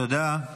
תודה.